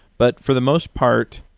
but for the most part,